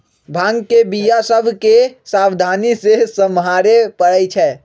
भांग के बीया सभ के सावधानी से सम्हारे परइ छै